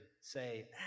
say